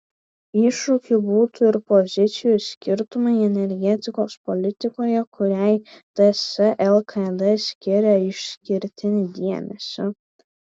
iššūkiu būtų ir pozicijų skirtumai energetikos politikoje kuriai ts lkd skiria išskirtinį dėmesį